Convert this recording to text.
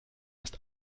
ist